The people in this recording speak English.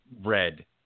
red